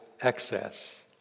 excess